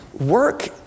Work